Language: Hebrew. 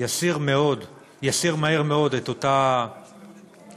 יסיר מהר מאוד את אותה יצירה,